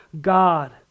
God